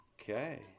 Okay